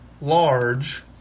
large